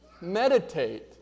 meditate